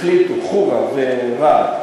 חורה ורהט,